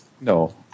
No